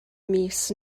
mis